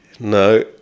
No